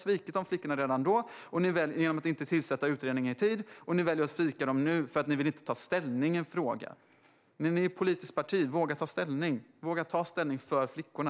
Ni svek dessa flickor redan då genom att inte tillsätta utredningen i tid, och ni väljer att svika dem nu, för ni vill inte ta ställning i frågan. Ni är dock ett politiskt parti. Våga ta ställning! Våga ta ställning för flickorna!